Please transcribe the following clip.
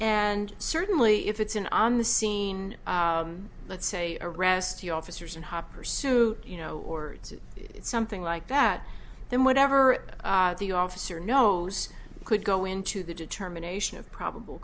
and certainly if it's in on the scene let's say arrest the officers and hop pursuit you know or something like that then whatever the officer knows could go into the determination of probable